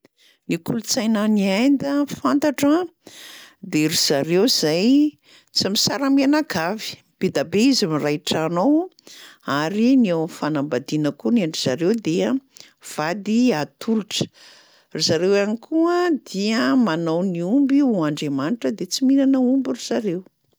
Ny kolontsaina any Inde fantatro a de ry zareo zay tsy misara-mianakavy, be da be izy miray trano ao ary ny eo am'fanambadiana koa ny an-dry zareo dia vady atolotra. Ry zareo ihany koa dia manao ny omby ho andriamanitra de tsy mihinana omby ry zareo.